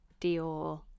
Dior